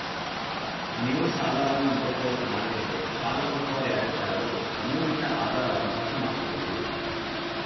ನೀವು ಸಾಲವನ್ನ ಮರು ಪಾವತಿ ಮಾಡದಿದ್ರೆ ಸಾಲ ಕೊಟ್ಟವರು ಯಾರಿರ್ತಾರೆ ಅವ್ರು ನೀವು ಇಟ್ಟ ಆಧಾರವನ್ನ ವಶ ಮಾಡ್ಕೋಬಹುದು